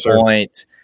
point